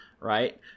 right